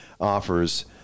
offers